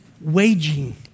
waging